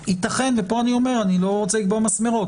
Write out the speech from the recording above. ייתכן ופה אני אומר, אני לא רוצה לקבוע מסמרות